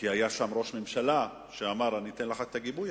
כי היה שם ראש ממשלה שאמר: אני אתן לך את הגיבוי,